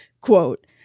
quote